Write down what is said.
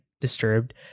disturbed